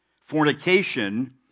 Fornication